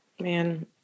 Man